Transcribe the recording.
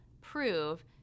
prove